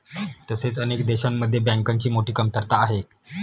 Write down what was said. तसेच अनेक देशांमध्ये बँकांची मोठी कमतरता आहे